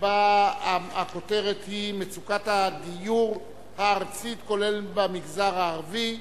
הכותרת היא: מצוקת הדיור הארצית כולל במגזר הערבי.